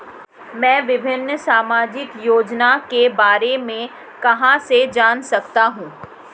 मैं विभिन्न सामाजिक योजनाओं के बारे में कहां से जान सकता हूं?